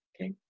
Okay